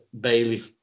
Bailey